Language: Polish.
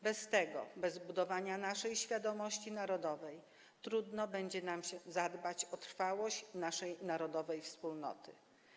Bez tego, bez budowania naszej świadomości narodowej trudno będzie nam zadbać o trwałość naszej narodowej wspólnoty.